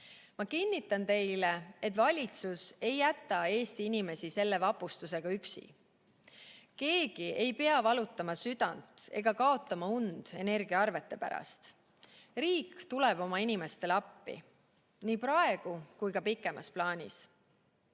Ma kinnitan teile, et valitsus ei jäta Eesti inimesi selle vapustusega üksi. Keegi ei pea valutama südant ega kaotama und energiaarvete pärast. Riik tuleb oma inimestele appi, nii praegu kui ka pikemas plaanis.